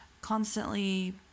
constantly